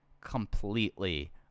completely